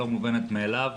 לא מובנת מאליו,